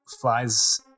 flies